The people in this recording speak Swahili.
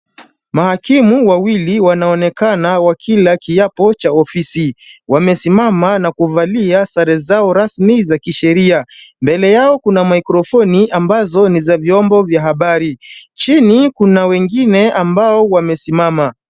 Mahakimu wawili wanaonekana wakila kiapo cha ofisi. Wamesimama na kuvalia sare zao rasmi za kisheria. Mbele yao kuna microphoni ambazo ni za vyombo vya habari. Chini kuna wengine ambao wamesimama.